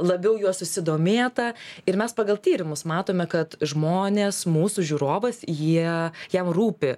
labiau juo susidomėta ir mes pagal tyrimus matome kad žmonės mūsų žiūrovas jie jam rūpi